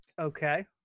Okay